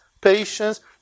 patience